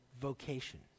vocation